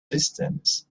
distance